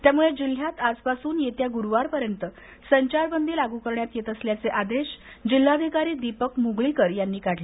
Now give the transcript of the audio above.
त्यामुळे जिल्ह्यात आजपासुन येत्या गुरुवार पर्यंत सचारबदी लाग करण्यात येत असल्याचे आदेश जिल्हाधिकारी दिपक मगळीकर यांनी काढले